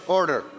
order